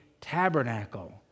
tabernacle